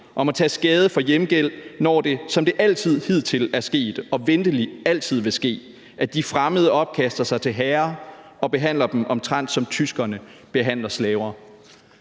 og må tage skade for hjemgæld, når det, som det altid hidtil er sket og venteligt altid vil ske, at de fremmede opkaster sig til herrer og behandler dem, omtrent som tyskerne behandler slaver.